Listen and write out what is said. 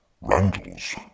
Randall's